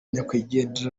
nyakwigendera